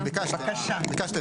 אתם ביקשתם, ביקשתם.